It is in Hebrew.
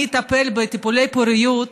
אני אטפל בטיפולי פוריות,